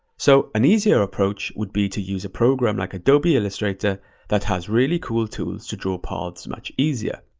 so an easier approach would be to use a program like adobe illustrator that has really cool tools to draw paths much easier.